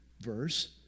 verse